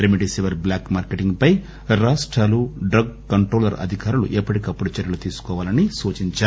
REM డిసివీర్ black marketing పై రాష్టాలు drug controller అధికారులు ఎప్పటికప్పుడు చర్యలు తీసుకోవాలిన సూచించారు